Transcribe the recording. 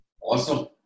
Awesome